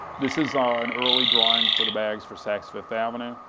this is ah an early drawing for the bags for saks fifth avenue.